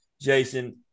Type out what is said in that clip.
Jason